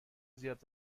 زیاد